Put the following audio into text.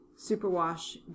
Superwash